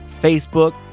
Facebook